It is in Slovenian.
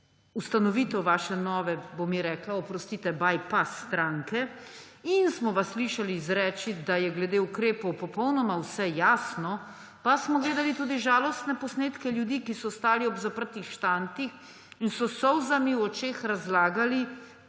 ustanovitev naše nove, bom jih rekla, oprostite, bypass stranke in smo vas slišali izreči, da je glede ukrepov popolnoma vse jasno, pa smo gledali tudi žalostne posnetke ljudi, ki so stali ob zaprtih štantih in so s solzami v očeh razlagali